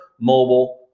mobile